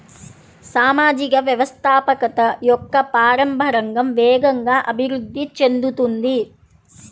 సామాజిక వ్యవస్థాపకత యొక్క ప్రారంభ రంగం వేగంగా అభివృద్ధి చెందుతోంది